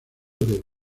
del